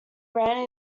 ran